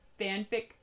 fanfic